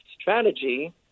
strategy